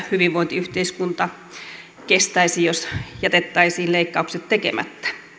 hyvinvointiyhteiskunta eivät kestäisi jos jätettäisiin leikkaukset tekemättä